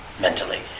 mentally